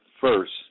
first